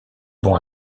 bon